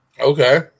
Okay